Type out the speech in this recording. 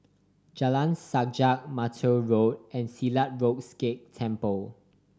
Jalan Sajak Mattar Road and Silat Road Sikh Temple